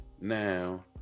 now